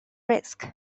risk